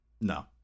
no